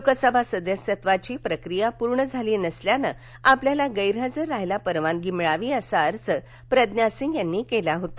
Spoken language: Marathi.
लोकसभा सदस्यत्वाची प्रक्रिया पूर्ण झाली नसल्यानं आपल्याला गैरहजर राहण्यास परवानगी मिळावी असा अर्ज प्रज्ञा सिंग यांनी केला होता